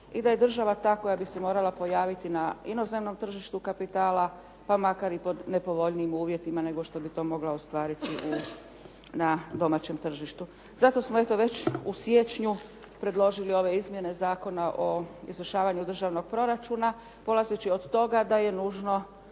i da je država ta koja bi se morala pojaviti na inozemnom tržištu kapitala, pa makar i pod nepovoljnijim uvjetima nego što bi to mogla ostvariti na domaćem tržištu. Zato smo eto već u siječnju predložili ove izmjene zakona o izvršavanju državnog proračuna polazeći od toga da je nužno